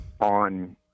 on